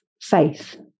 faith